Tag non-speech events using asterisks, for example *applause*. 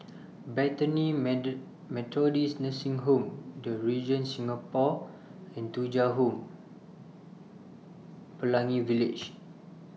Bethany *unintelligible* Methodist Nursing Home The Regent Singapore and Thuja Home Pelangi Village